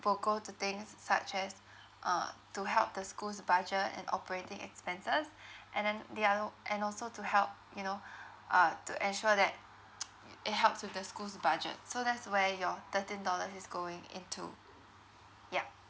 for go to things such as uh to help the school's budget and operating expenses and then the other and also to help you know uh to ensure that it helps with the school's budget so that's where your thirteen dollars is going into yup